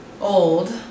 old